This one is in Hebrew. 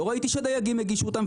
לא ראיתי שהדייגים הגישו אותן,